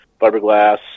fiberglass